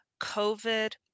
COVID